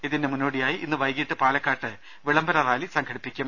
ഇതിന് മുന്നോടിയായി ഇന്ന് വൈകീട്ട് പാല ക്കാട്ട് വിളംബരറാലി സംഘടിപ്പിക്കും